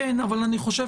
כן, אבל אני חושב